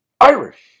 Irish